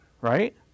Right